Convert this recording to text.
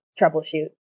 troubleshoot